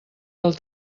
del